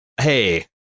hey